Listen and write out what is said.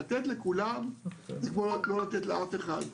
לתת לכולם זה כמו לא לתת לאף אחד.